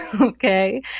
Okay